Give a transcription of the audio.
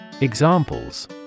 Examples